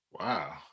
Wow